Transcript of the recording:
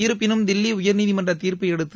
இருப்பினும் தில்லி உயர்நீதிமன்ற தீர்ப்பையடுத்து